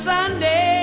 Sunday